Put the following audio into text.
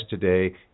today